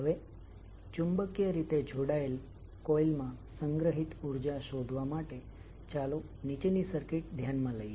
હવે ચુંબકીય રીતે જોડાયેલા કોઇલ માં સંગ્રહિત ઉર્જા શોધવા માટે ચાલો નીચેની સર્કિટ ધ્યાનમાં લઈએ